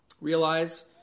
Realize